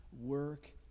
work